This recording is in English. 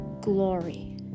glory